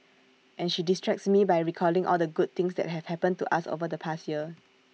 and she distracts me by recalling all the good things that have happened to us over the past year